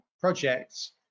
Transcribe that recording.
projects